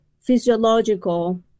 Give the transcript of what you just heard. physiological